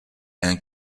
and